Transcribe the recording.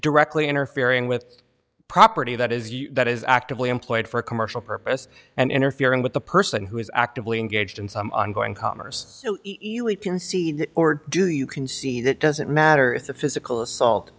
directly interfering with a property that is you that is actively employed for a commercial purpose and interfering with the person who is actively engaged in some ongoing commerce can see or do you can see that doesn't matter if the physical assault